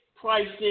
pricing